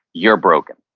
your broken,